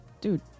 dude